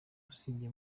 usibye